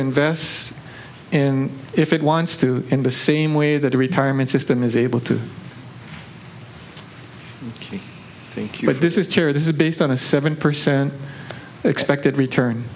invest in if it wants to in the same way that the retirement system is able to think but this is chair this is based on a seven percent expected return